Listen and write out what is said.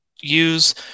use